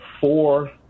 four